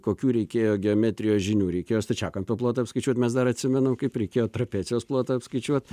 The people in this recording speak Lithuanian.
kokių reikėjo geometrijos žinių reikėjo stačiakampio plotą apskaičiuot mes dar atsimenam kaip reikėjo trapecijos plotą apskaičiuot